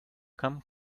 come